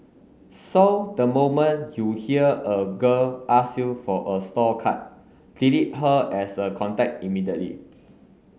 so the moment you hear a girl ask you for a store card delete her as a contact immediately